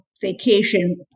vacation